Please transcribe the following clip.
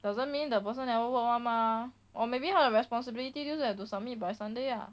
doesn't mean the person never work [one] mah or maybe 他的 responsibility 就是 have to submit by sunday ah